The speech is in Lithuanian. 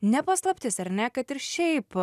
ne paslaptis ar ne kad ir šiaip